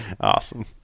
Awesome